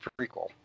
prequel